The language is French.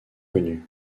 connue